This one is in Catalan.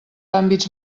àmbits